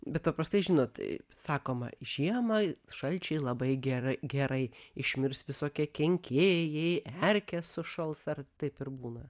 bet paprastai žinot sakoma žiemą šalčiai labai gerai gerai išmirs visokie kenkėjai erkės sušals ar taip ir būna